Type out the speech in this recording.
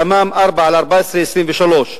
תמ"מ/23/14/4,